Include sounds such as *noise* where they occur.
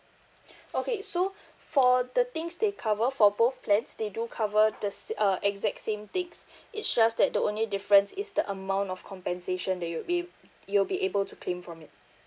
*breath* okay so for the things they cover for both plans they do cover the se~ uh exact same things it's just that the only difference is the amount of compensation that you'll be you'll be able to claim from it